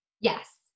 yes